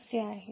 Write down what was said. हे असे आहे